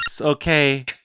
okay